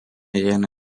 įeina